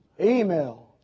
Email